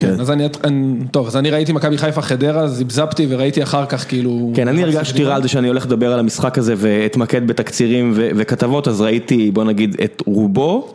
אז אני ראיתי מכבי חיפה חדרה, זיבזבתי, וראיתי אחר כך כאילו... כן, אני הרגשתי רע על זה שאני הולך לדבר על המשחק הזה ואתמקד בתקצירים וכתבות, אז ראיתי, בואו נגיד, את רובו.